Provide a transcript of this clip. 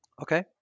Okay